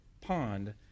pond